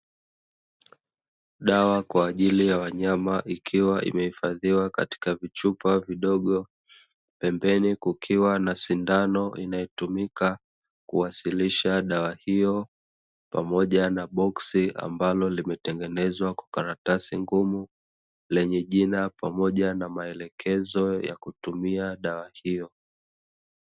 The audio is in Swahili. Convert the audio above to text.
Dawa kwa ajili ya wanyama ikiwa imehifadhiwa katika vichupa vidogo, pembeni kukiwa na sindano, inayotumika kuwasilisha dawa hiyo, pamoja na boksi ambalo limetengenezwa kwa karatasi ngumu lenye jina, pamoja na maelekezo ya kutumia dawa hiyo.